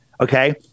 okay